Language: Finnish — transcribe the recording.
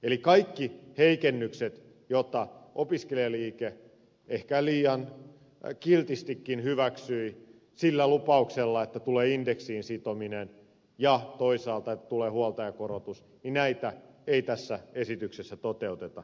eli opiskelijaliike ehkä liian kiltistikin hyväksyi heikennyksiä sillä lupauksella että tulee indeksiin sitominen ja toisaalta huoltajakorotus mutta näitä lupauksia ei tässä esityksessä toteuteta